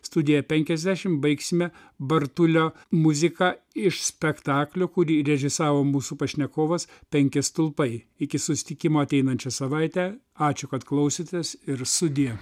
studiją penkiasdešim baigsime bartulio muzika iš spektaklio kurį režisavo mūsų pašnekovas penki stulpai iki susitikimo ateinančią savaitę ačiū kad klausėtės ir sudie